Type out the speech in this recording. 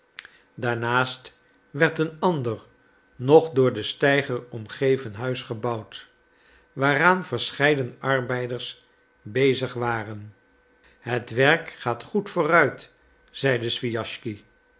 daarnaast werd een ander nog door den steiger omgeven huis gebouwd waaraan verscheiden arbeiders bezig waren het werk gaat goed vooruit zeide swijaschsky